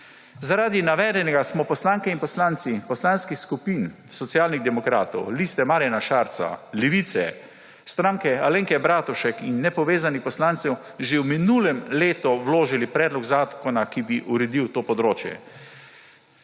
Zaradi navedenega smo poslanke in poslanci poslanskih skupin Socialnih demokratov, Liste Marjana Šarca, Levica, Stranke Alenke Bratušek in nepovezanih poslancev že v minulem letu vložili predlog zakona, ki bi uredil to področje.